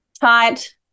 tight